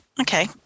Okay